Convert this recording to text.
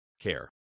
care